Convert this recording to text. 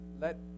let